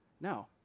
Now